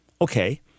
Okay